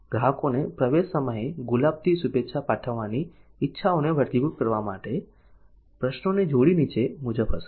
ગ્રાહકોને પ્રવેશ સમયે ગુલાબથી શુભેચ્છા પાઠવવાની ઇચ્છાઓને વર્ગીકૃત કરવા માટે પ્રશ્નોની જોડી નીચે મુજબ હશે